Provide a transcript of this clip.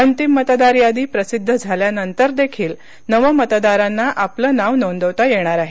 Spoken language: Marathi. अंतिम मतदार यादी प्रसिद्ध झाल्यानंतर देखील नवमतदारांना आपले नाव नोंदवता येणार आहे